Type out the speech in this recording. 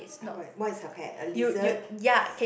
!huh! what what is her pet a lizard